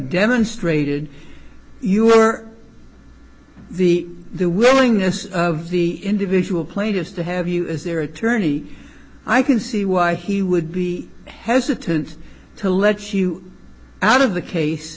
demonstrated you were the the willingness of the individual plaintiffs to have you as their attorney i can see why he would be hesitant to let you out of the case